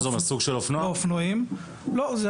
מוכנים למכור כי הם לא רוצים להיות הרשות שאוכפת את נושא